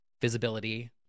visibility